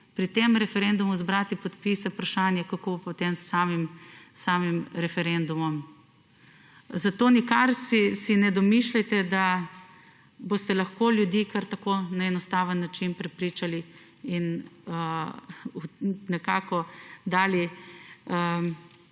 pri tem referendumu zbrati podpise, vprašanje kako potem s samim referendumom. Zato nikar si ne domišljajte, da boste lahko ljudi kar tako na enostaven način prepričali in nekako dali jim